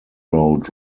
road